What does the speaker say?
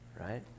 right